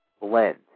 blend